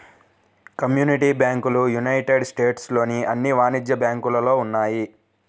community బ్యాంకులు United States లోని అన్ని వాణిజ్య బ్యాంకులలో ఉన్నాయి